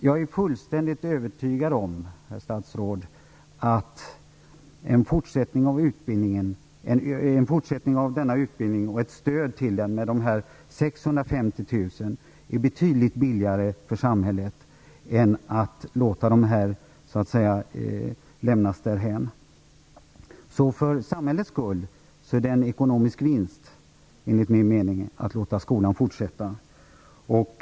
Jag är fullständigt övertygad, herr statsråd, om att en fortsättning av denna utbildning och ett stöd till den genom de här 650 000 kronorna är betydligt billigare för samhället än att låta de här människorna lämnas därhän. För samhällets skull är det alltså enligt min mening en ekonomisk vinst att låta skolan fortsätta.